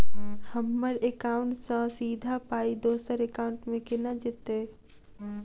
हम्मर एकाउन्ट सँ सीधा पाई दोसर एकाउंट मे केना जेतय?